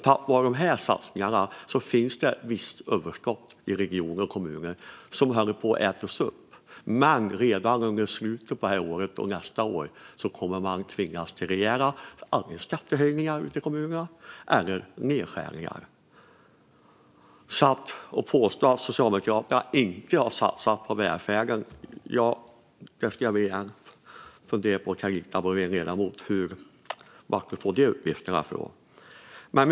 Tack vare dessa satsningar finns det ett visst överskott i regioner och kommuner, som nu håller på att ätas upp. Men redan i slutet av detta år och under nästa år kommer man i kommunerna att tvingas till antingen rejäla skattehöjningar eller nedskärningar. Carita Boulwén påstår att Socialdemokraterna inte har satsat på välfärden. Jag skulle vilja be henne att fundera på var hon har fått de uppgifterna från.